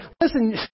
Listen